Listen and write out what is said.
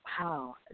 wow